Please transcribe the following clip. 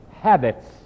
habits